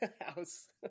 house